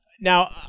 Now